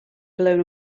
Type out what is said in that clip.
blown